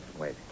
wait